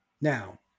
Now